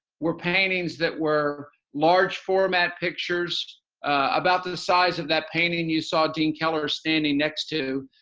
were paintings that were large format pictures about the size of that painting you saw deane keller standing next to.